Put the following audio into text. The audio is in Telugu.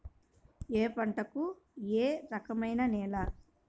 ఏ పంటకు ఏ రకమైన నేల?